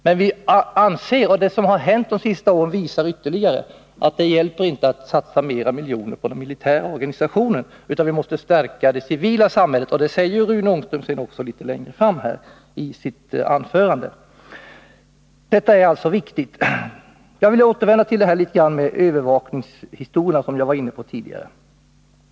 Men vi anser — och det som har hänt de senaste åren visar det — att det inte hjälper att satsa ytterligare miljoner på den militära organisationen, utan vi måste stärka det civila samhället. Det säger ju också Rune Ångström längre fram i sitt anförande. Detta är alltså viktigt. Jag vill återvända till detta med övervakningen, som jag var inne på tidigare.